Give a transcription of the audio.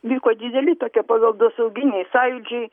vyko dideli tokie paveldosauginiai sąjūdžiai